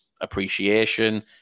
appreciation